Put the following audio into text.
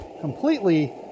completely